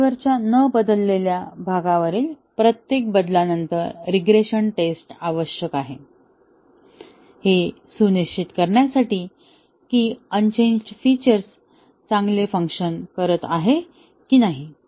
सॉफ्टवेअरच्या न बदललेल्या भागावरील प्रत्येक बदलानंतर रीग्रेशन टेस्ट आवश्यक आहे हे सुनिश्चित करण्यासाठी की अनचेंज्ड फीचर्स चांगले फंक्शन करत आहेत कि नाही